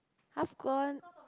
half gone